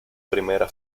primera